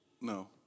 no